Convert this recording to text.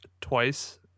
twice